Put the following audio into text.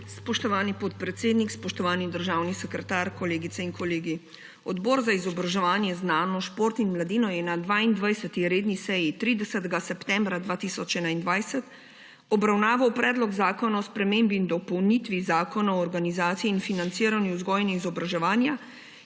Spoštovani podpredsednik, spoštovani državni sekretar, kolegice in kolegi! Odbor za izobraževanje, znanost, šport in mladino je na 22. redni seji 30. septembra 2021 obravnaval Predlog zakona o spremembi in dopolnitvi Zakona o organizaciji in financiranju vzgoje in izobraževanja,